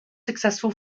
successful